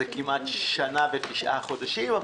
זה כמעט שנה ותשעה חודשים,